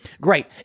Great